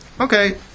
Okay